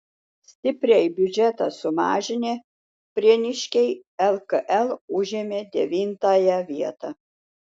stipriai biudžetą sumažinę prieniškiai lkl užėmė devintąją vietą